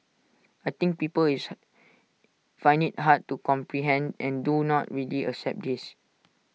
I think people is find IT hard to comprehend and do not really accept this